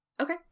Okay